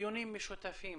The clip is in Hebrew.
דיונים משותפים